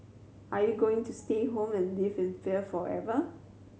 are you going to stay home and live in fear forever